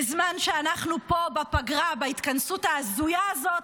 בזמן שאנחנו פה בפגרה בהתכנסות ההזויה הזאת,